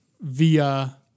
via